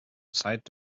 zeit